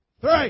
three